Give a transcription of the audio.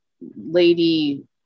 lady